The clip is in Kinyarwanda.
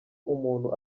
umuntu